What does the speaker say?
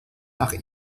nach